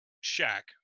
shack